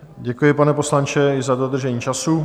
Děkuji, pane poslanče, i za dodržení času.